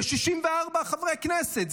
זה 64 חברי כנסת,